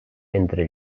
entre